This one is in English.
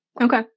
Okay